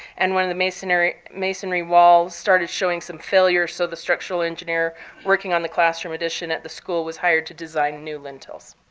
and one of the masonry masonry walls started showing some failure. so the structural engineer working on the classroom addition at the school was hired to design new lintels.